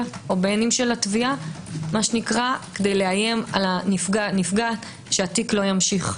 או של התביעה כדי לאיים על הנפגע שהתיק לא ימשיך,